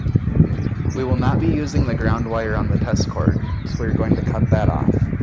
we will not be using the ground wire on the test cord, so we are going to cut that off.